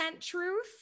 truth